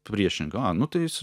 priešinga a nu tais